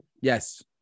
Yes